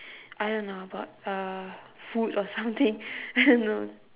I don't know about uh food or something I don't know